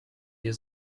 hier